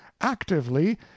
actively